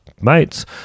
mates